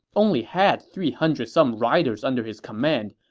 only had three hundred some riders under his command,